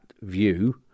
view